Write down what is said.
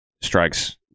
strikes